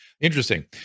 Interesting